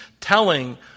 telling